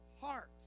heart